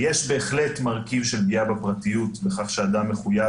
יש בהחלט מרכיב של פגיעה בפרטיות בכך שאדם מחויב